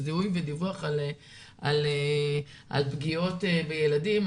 זיהוי ודיווח על פגיעות בילדים.